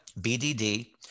BDD